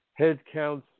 headcounts